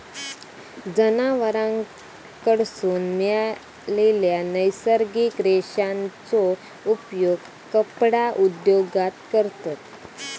जनावरांकडसून मिळालेल्या नैसर्गिक रेशांचो उपयोग कपडा उद्योगात करतत